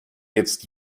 jetzt